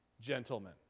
gentlemen